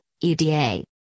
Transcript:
EDA